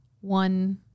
one